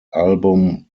album